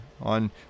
on